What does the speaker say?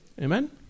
Amen